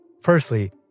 Firstly